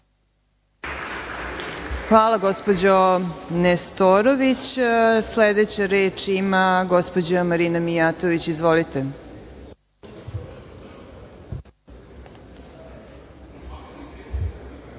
Hvala, gospođo Nestorović. Sledeća reč ima gospođa Marina Mijatović. Izvolite.